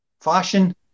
Fashion